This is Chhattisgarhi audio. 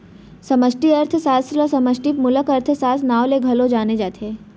समस्टि अर्थसास्त्र ल समस्टि मूलक अर्थसास्त्र, नांव ले घलौ जाने जाथे